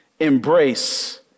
embrace